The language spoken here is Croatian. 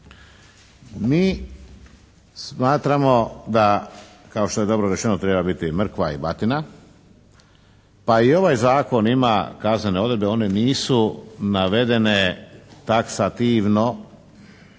Mi smatramo da kao što je dobro rečeno treba biti mrkva i batina, pa i ovaj Zakon ima kaznene odredbe, one nisu navedene taksativno